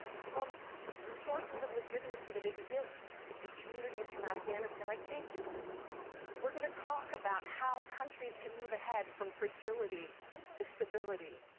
from the sources of legitimacy that exist in communities from afghanistan, afghanistan, i think we're gonna talk about how countries can move ahead from fragility to stability,